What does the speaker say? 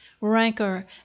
rancor